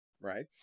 right